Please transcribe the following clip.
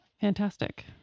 Fantastic